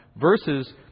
versus